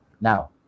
Now